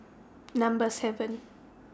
Number seven